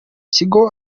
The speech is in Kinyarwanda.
kigo